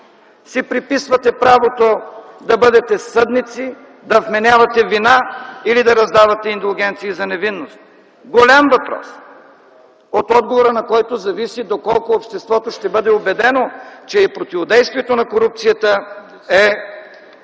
си приписвате правото да бъдете съдници, да вменявате вина или да раздавате индулгенция за невинност?! Голям въпрос, от отговора на който зависи доколко обществото ще бъде убедено, че и противодействието на корупцията е